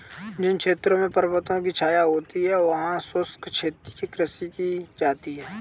जिन क्षेत्रों में पर्वतों की छाया होती है वहां शुष्क क्षेत्रीय कृषि की जाती है